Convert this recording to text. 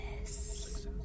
Yes